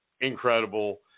incredible